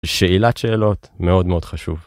שאילת שאלות, מאוד מאוד חשוב.